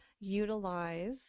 utilize